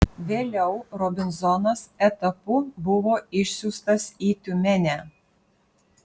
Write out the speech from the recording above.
vėliau robinzonas etapu buvo išsiųstas į tiumenę